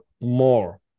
more